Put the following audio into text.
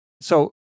So-